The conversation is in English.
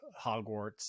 Hogwarts